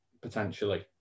potentially